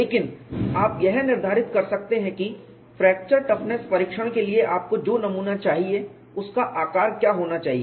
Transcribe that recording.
लेकिन आप यह निर्धारित कर सकते हैं कि फ्रैक्चर टफनेस परीक्षण के लिए आपको जो नमूना चाहिए उसका आकार क्या होना चाहिए